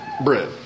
bread